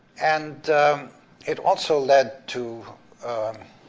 and it also led to